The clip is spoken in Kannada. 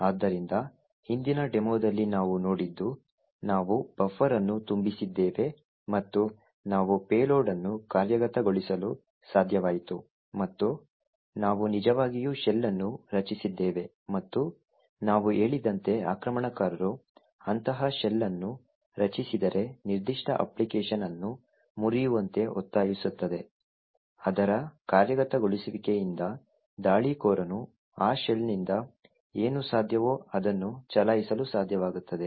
ಆದ್ದರಿಂದ ಹಿಂದಿನ ಡೆಮೊದಲ್ಲಿ ನಾವು ನೋಡಿದ್ದು ನಾವು ಬಫರ್ ಅನ್ನು ತುಂಬಿಸಿದ್ದೇವೆ ಮತ್ತು ನಾವು ಪೇಲೋಡ್ ಅನ್ನು ಕಾರ್ಯಗತಗೊಳಿಸಲು ಸಾಧ್ಯವಾಯಿತು ಮತ್ತು ನಾವು ನಿಜವಾಗಿಯೂ ಶೆಲ್ ಅನ್ನು ರಚಿಸಿದ್ದೇವೆ ಮತ್ತು ನಾವು ಹೇಳಿದಂತೆ ಆಕ್ರಮಣಕಾರರು ಅಂತಹ ಶೆಲ್ ಅನ್ನು ರಚಿಸಿದರೆ ನಿರ್ದಿಷ್ಟ ಅಪ್ಲಿಕೇಶನ್ ಅನ್ನು ಮುರಿಯುವಂತೆ ಒತ್ತಾಯಿಸುತ್ತದೆ ಅದರ ಕಾರ್ಯಗತಗೊಳಿಸುವಿಕೆಯಿಂದ ದಾಳಿಕೋರನು ಆ ಶೆಲ್ನಿಂದ ಏನು ಸಾಧ್ಯವೋ ಅದನ್ನು ಚಲಾಯಿಸಲು ಸಾಧ್ಯವಾಗುತ್ತದೆ